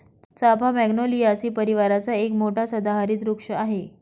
चाफा मॅग्नोलियासी परिवाराचा एक मोठा सदाहरित वृक्ष आहे